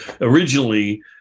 originally